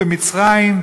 במצרים,